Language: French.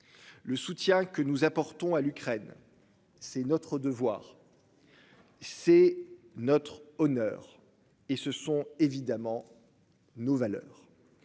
Le soutien que nous apportons à l'Ukraine. C'est notre devoir. C'est notre honneur et ce sont évidemment nos valeurs.